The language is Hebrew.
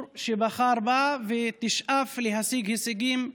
שבחר בה ותשאף להשיג הישגים לטובתו.